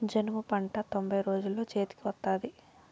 జనుము పంట తొంభై రోజుల్లో చేతికి వత్తాది